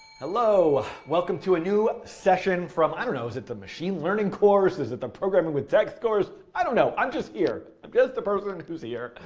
hello, welcome to a new session from, i don't know, is it the machine learning course, is it the programming with text course, i don't know? i'm just here. i'm just a person who's here.